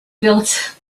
built